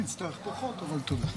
אני אצטרך פחות, אבל תודה.